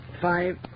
five